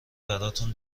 براتون